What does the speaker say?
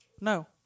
No